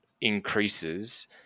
increases